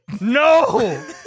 No